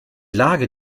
lage